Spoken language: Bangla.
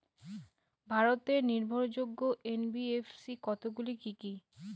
ভারতের নির্ভরযোগ্য এন.বি.এফ.সি কতগুলি কি কি?